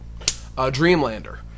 Dreamlander